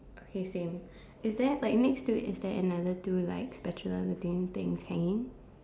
okay same is there like next to it is there another two like spatula looking things hanging